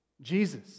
Jesus